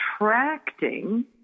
attracting